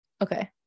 Okay